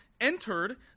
entered